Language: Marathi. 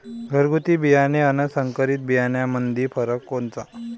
घरगुती बियाणे अन संकरीत बियाणामंदी फरक कोनचा?